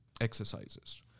exercises